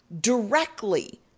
directly